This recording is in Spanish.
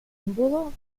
embudo